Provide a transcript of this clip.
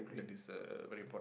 and then this uh very important